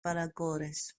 παρακόρες